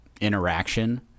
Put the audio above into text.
interaction